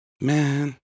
Man